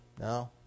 No